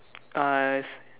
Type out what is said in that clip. uh